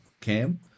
Cam